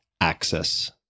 access